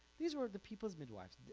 these were the people's midwives.